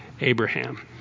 Abraham